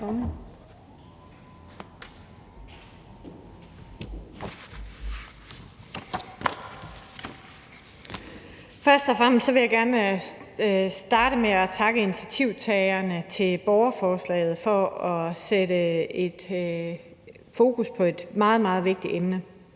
Først og fremmest vil jeg gerne starte med at takke initiativtagerne til borgerforslaget for at sætte fokus på et meget, meget vigtigt emne.